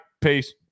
Peace